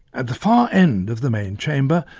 at the far end of the main chamber,